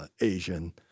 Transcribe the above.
Asian